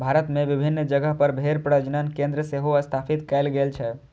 भारत मे विभिन्न जगह पर भेड़ प्रजनन केंद्र सेहो स्थापित कैल गेल छै